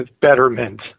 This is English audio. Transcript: betterment